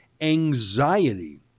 Anxiety